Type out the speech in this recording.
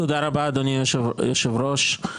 תודה רבה, אדוני היושב ראש,